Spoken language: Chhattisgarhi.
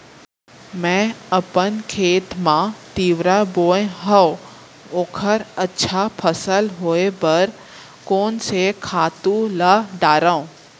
मैं अपन खेत मा तिंवरा बोये हव ओखर अच्छा फसल होये बर कोन से खातू ला डारव?